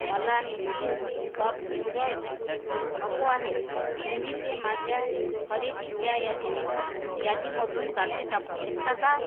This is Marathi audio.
मला निसिन कप न्यूडल्स नको आहेत तुम्ही ते माझ्या खरेदीच्या यादीतून यादीमधून काढून टाकू शकता का